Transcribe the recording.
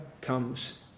comes